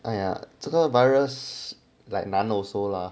!aiya! 这个 virus like 难 also lah